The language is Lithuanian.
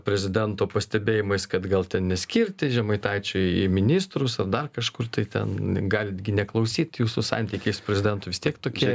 prezidento pastebėjimais kad gal ten neskirti žemaitaičio į ministrus ar dar kažkur tai ten galit gi neklausyt jūsų santykiai su prezidentu vis tiek tokie